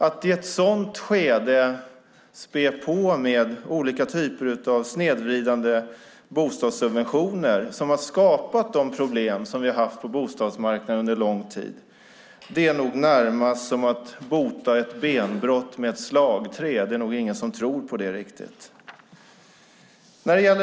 Att i ett sådant skede späda på med olika typer av snedvridande bostadssubventioner - något som har skapat de problem som vi har haft på bostadsmarknaden under lång tid - är närmast som att bota ett benbrott med ett slagträ; det är nog inte som tror på det riktigt.